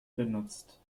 benutzt